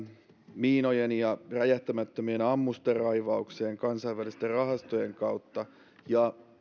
miinojen ja räjähtämättömien ammusten raivaukseen kansainvälisten rahastojen kautta ja